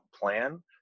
plan